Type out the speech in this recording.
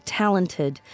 talented